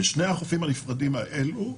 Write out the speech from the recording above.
בשני החופים הנפרדים הללו,